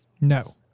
No